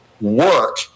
work